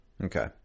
Okay